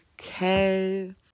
okay